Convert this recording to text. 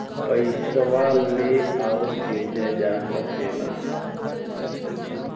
पइसवा ले आउर भेजे जा सकेला